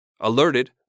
Alerted